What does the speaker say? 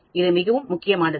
அது மிகவும் முக்கியமானது